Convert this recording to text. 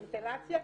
ונטלציה,